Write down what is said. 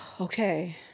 Okay